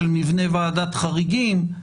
של מבנה ועדת חריגים,